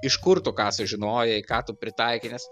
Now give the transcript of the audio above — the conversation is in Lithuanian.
iš kur tu ką sužinojai ką tu pritaikei nes